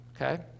okay